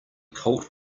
colt